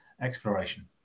exploration